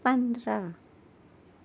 پندرہ